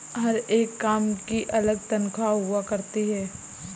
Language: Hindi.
हर एक काम की अलग तन्ख्वाह हुआ करती है